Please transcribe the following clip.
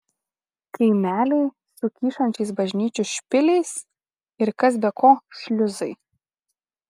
kaimeliai su kyšančiais bažnyčių špiliais ir kas be ko šliuzai